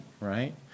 right